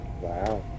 Wow